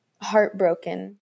heartbroken